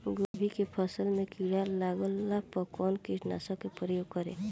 गोभी के फसल मे किड़ा लागला पर कउन कीटनाशक का प्रयोग करे?